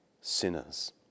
sinners